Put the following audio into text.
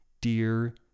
dear